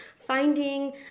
finding